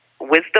wisdom